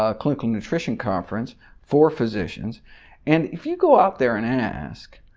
ah clinical nutrition conference for physicians and if you go out there and ask